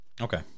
Okay